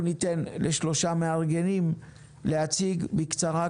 אנחנו ניתן לשלושה מארגנים להציג בקצרה,